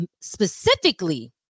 specifically